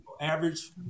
Average